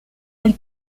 elle